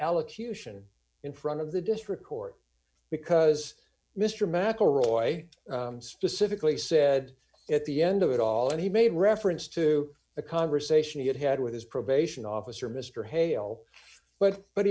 elocution in front of the district court because mr mcelroy specifically said at the end of it all and he made reference to the conversation d he had had with his probation officer mr hale but but